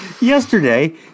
yesterday